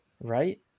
Right